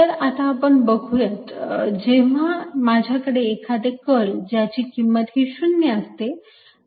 तर आता आपण बघूयात जेव्हा माझ्याकडे एखादे कर्ल ज्याची किंमत ही 0 असते